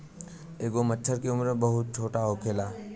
एगो मछर के उम्र बहुत छोट होखेला